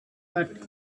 but